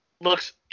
looks